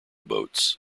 boats